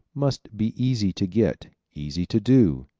must be easy to get, easy to do,